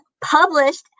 published